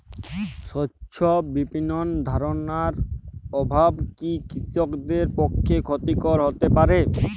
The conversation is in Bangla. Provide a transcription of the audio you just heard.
স্বচ্ছ বিপণন ধারণার অভাব কি কৃষকদের পক্ষে ক্ষতিকর হতে পারে?